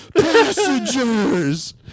Passengers